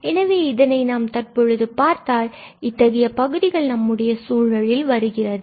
எனவே இதனை நாம் தற்பொழுது பார்த்தால் இத்தகைய பகுதிகள் நம்முடைய சூழலில் வருகிறது